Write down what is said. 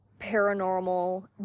paranormal